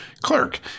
clerk